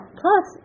plus